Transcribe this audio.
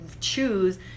choose